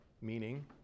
Meaning